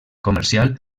comercial